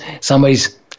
somebody's